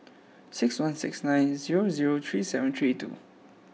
six one six nine zero zero three seven three two